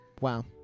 wow